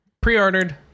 pre-ordered